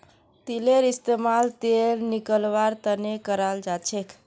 तिलेर इस्तेमाल तेल निकलौव्वार तने कराल जाछेक